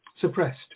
suppressed